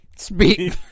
Speak